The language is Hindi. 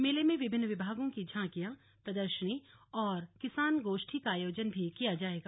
मेले में विभिन्न विभागों की झांकियां प्रदर्शनी और किसान गोष्ठी का भी आयोजन किया जाएगा